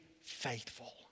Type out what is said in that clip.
faithful